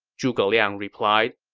zhuge liang replied